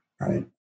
right